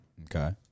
Okay